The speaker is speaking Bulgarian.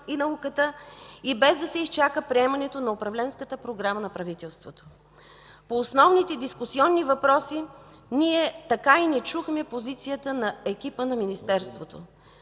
и науката и без да се изчака приемането на управленската програма на правителството. По основните дискусионни въпроси така и не чухме позицията на екипа на Министерството.